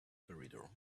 corridor